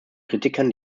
kritikern